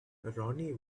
ronnie